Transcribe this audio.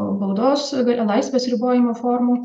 baudos gali laisvės ribojimo formų